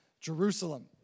Jerusalem